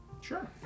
Sure